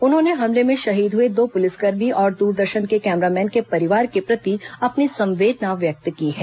उन्होंने हमले में शहीद हए दो पुलिसकर्मी और दूरदर्शन के कैमरामैन के परिवार के प्रति अपनी संवेदना व्यक्त की है